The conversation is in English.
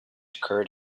occurred